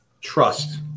trust